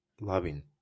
loving